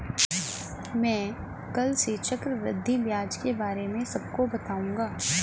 मैं कल से चक्रवृद्धि ब्याज के बारे में सबको बताऊंगा